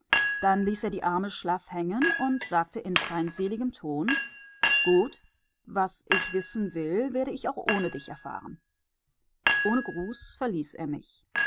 dann ließ er die arme schlaff hängen und sagte in feindseligem ton gut was ich wissen will werde ich auch ohne dich erfahren ohne gruß verließ er mich